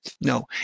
No